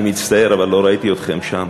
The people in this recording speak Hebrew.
אני מצטער, אבל לא ראיתי אתכם שם,